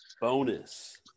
Bonus